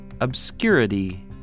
Obscurity